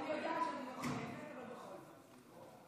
אני יודעת שאני לא חייבת אבל בכל זאת.